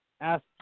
Ask